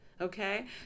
Okay